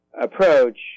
approach